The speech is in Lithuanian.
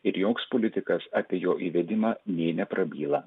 ir joks politikas apie jo įvedimą nė neprabyla